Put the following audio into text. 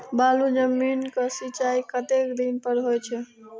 बालू जमीन क सीचाई कतेक दिन पर हो छे?